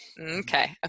Okay